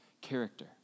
character